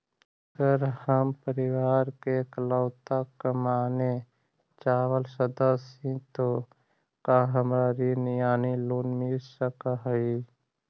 अगर हम परिवार के इकलौता कमाने चावल सदस्य ही तो का हमरा ऋण यानी लोन मिल सक हई?